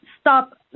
stop